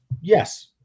Yes